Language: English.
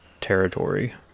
territory